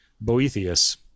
Boethius